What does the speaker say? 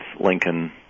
Lincoln